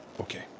okay